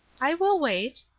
i will wait,